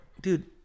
dude